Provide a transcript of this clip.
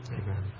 amen